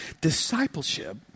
discipleship